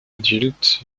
adulte